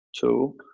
two